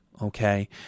okay